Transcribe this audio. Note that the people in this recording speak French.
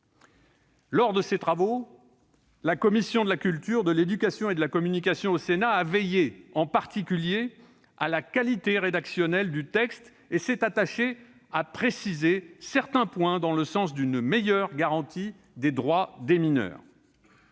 Lors de ses travaux, la commission de la culture, de l'éducation et de la communication du Sénat a veillé en particulier à la qualité rédactionnelle du texte et s'est attachée à préciser certains points dans le sens d'une meilleure garantie des droits des mineurs.